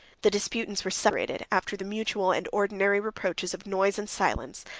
the disputants were separated, after the mutual and ordinary reproaches of noise and silence,